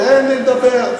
תן לי לדבר.